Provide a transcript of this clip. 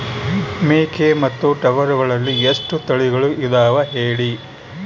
ಮೇಕೆ ಮತ್ತು ಟಗರುಗಳಲ್ಲಿ ಎಷ್ಟು ತಳಿಗಳು ಇದಾವ ಹೇಳಿ?